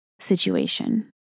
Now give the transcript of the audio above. situation